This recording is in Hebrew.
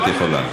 את יכולה.